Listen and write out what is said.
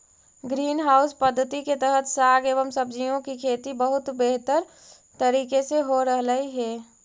green house पद्धति के तहत साग एवं सब्जियों की खेती बहुत बेहतर तरीके से हो रहलइ हे